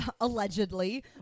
allegedly